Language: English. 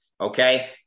Okay